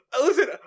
listen